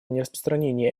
нераспространение